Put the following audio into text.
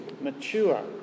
mature